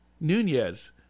nunez